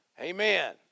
amen